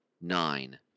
nine